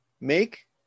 make